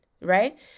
right